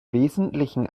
wesentlichen